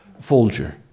Folger